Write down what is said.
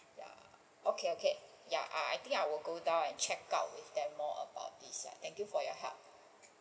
ya okay okay ya I think I will go down and check out with them lor about this thank you for your help